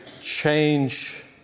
change